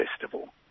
festival